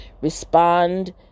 respond